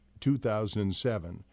2007